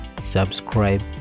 subscribe